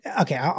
Okay